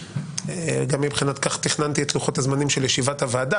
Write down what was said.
גם מבחינת כך תכננתי את לוחות הזמנים של ישיבת הוועדה,